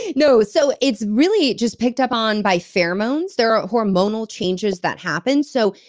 you know so it's really just picked up on by pheromones. there are hormonal changes that happen. so,